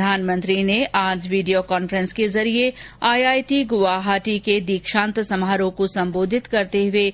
प्रधानमंत्री ने आज वीडियो कान्फ्रेंस के जरिए आईआईटी गुवाहाटी के दीक्षान्त समारोह को संबोधित करते हुए